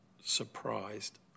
surprised